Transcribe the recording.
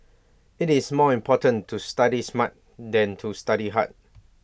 IT is more important to study smart than to study hard